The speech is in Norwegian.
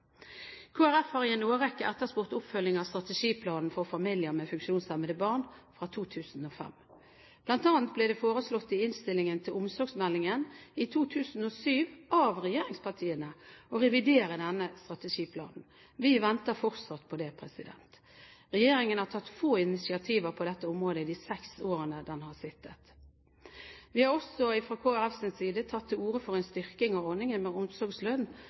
har i en årrekke etterspurt oppfølging av strategiplanen for familier med funksjonshemmede barn fra 2005. Blant annet ble det foreslått i innstillingen til omsorgsmeldingen i 2007 av regjeringspartiene å revidere denne strategiplanen. Vi venter fortsatt på det. Regjeringen har tatt få initiativ på dette området i de seks årene den har sittet. Vi har også fra Kristelig Folkepartis side tatt til orde for en styrking av ordningen med omsorgslønn